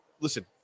listen